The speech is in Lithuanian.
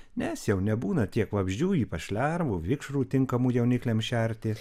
nes jau nebūna tiek vabzdžių ypač lervų vikšrų tinkamų jaunikliams šerti